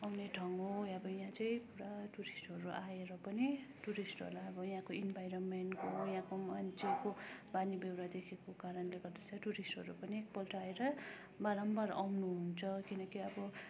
आउने ठाउँ हो अब यहाँ चाहिँ पुरा टुरिस्टहरू आएर पनि टुरिस्टहरूलाई अब यहाँको इन्भाइरोमेन्टको यहाँको मान्छेको बानी बेहोरा देखेको कारणले गर्दा चाहिँ टुरिस्टहरू पनि एकपल्ट आएर बारम्बार आउनुहुन्छ किनकि अब